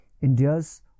India's